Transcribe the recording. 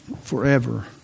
forever